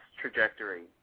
trajectory